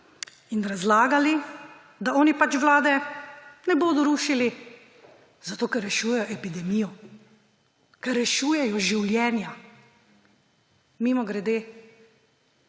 in razlagali, da oni pač vlade ne bodo rušili, zato ker rešujejo epidemijo, ker rešujejo življenja. Mimogrede,